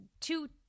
two